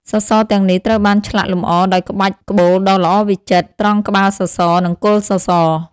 សសរទាំងនេះត្រូវបានឆ្លាក់លម្អដោយក្បាច់ក្បូរដ៏ល្អវិចិត្រត្រង់ក្បាលសសរ និងគល់សសរ។